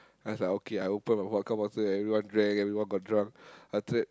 I was like okay I open my vodka bottle everyone drank everyone got drunk after that